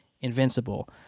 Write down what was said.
invincible